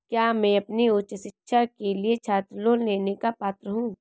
क्या मैं अपनी उच्च शिक्षा के लिए छात्र लोन लेने का पात्र हूँ?